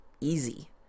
easy